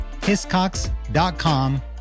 hiscox.com